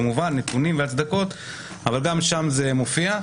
כמובן יש נתונים והצדקות אבל גם שם זה מופיע.